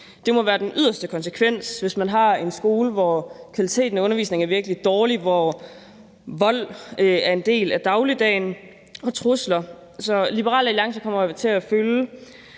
Det må være den yderste konsekvens, hvis man har en skole, hvor kvaliteten af undervisningen er virkelig dårlig, eller hvor vold og trusler er en del af dagligdagen. Så Liberal Alliance kommer til at følge